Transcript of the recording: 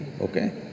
okay